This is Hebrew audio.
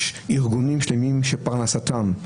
יש ארגונים שלמים שזאת פרנסתם.